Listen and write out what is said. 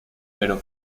pero